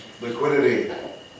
liquidity